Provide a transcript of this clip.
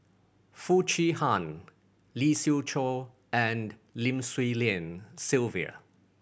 Foo Chee Han Lee Siew Choh and Lim Swee Lian Sylvia